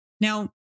now